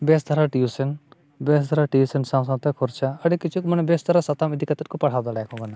ᱵᱮᱥ ᱫᱷᱟᱨᱟ ᱵᱮᱥ ᱫᱷᱟᱨᱟ ᱥᱟᱶᱼᱥᱟᱶᱛᱮ ᱠᱷᱚᱨᱪᱟ ᱟᱹᱰᱤ ᱠᱤᱪᱷᱩ ᱢᱟᱱᱮ ᱵᱮᱥ ᱫᱷᱟᱨᱟ ᱥᱟᱛᱟᱢ ᱤᱫᱤ ᱠᱟᱛᱮᱫ ᱠᱚ ᱯᱟᱲᱦᱟᱣ ᱫᱟᱲᱮᱭᱟᱠᱚ ᱠᱟᱱᱟ